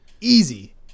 Easy